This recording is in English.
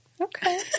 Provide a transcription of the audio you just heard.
Okay